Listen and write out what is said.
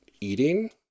eating